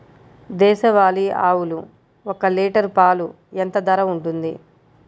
దేశవాలి ఆవులు ఒక్క లీటర్ పాలు ఎంత ధర ఉంటుంది?